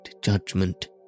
judgment